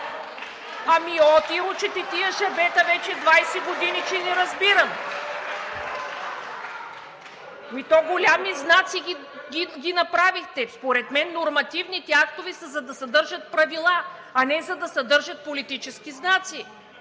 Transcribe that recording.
Ами оти ручате тия жабета вече 20 години, че не разбирам? (Шум и реплики.)Ами то големи знаци ги направихте. Според мен нормативните актове са, за да съдържат правила, а не за да съдържат политически знаци.